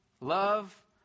Love